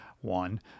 one